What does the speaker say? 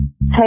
Hey